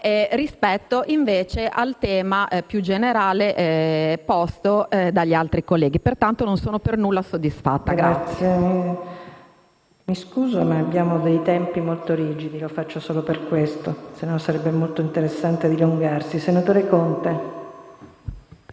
rispetto invece ai temi più generali posti dagli altri colleghi. Pertanto non sono per nulla soddisfatta. PRESIDENTE. Mi scuso, ma abbiamo tempi molto rigidi. Lo faccio solo per questo, altrimenti sarebbe molto interessante dilungarsi.